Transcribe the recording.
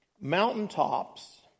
Mountaintops